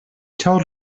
told